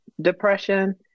depression